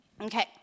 Okay